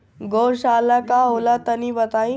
गौवशाला का होला तनी बताई?